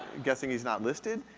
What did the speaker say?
guessing he's not listed.